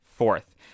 fourth